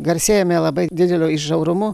garsėjome labai dideliu žiaurumu